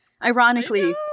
Ironically